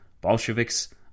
Bolsheviks